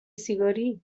سیگاری